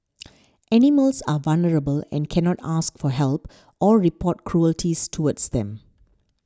animals are vulnerable and cannot ask for help or report cruelties towards them